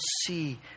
see